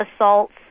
assaults